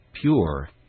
pure